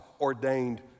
ordained